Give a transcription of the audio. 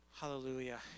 Hallelujah